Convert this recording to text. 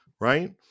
right